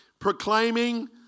proclaiming